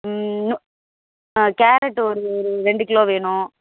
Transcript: ம் ஆ கேரட்டு ஒரு ஒரு ரெண்டு கிலோ வேணும்